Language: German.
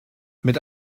mit